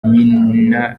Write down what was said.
nyina